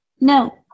No